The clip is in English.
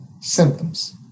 symptoms